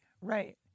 right